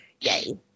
yay